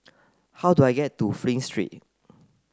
how do I get to Flint Street